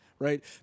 Right